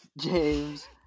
James